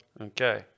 Okay